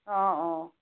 অঁ অঁ